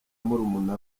murumuna